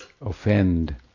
offend